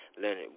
Leonard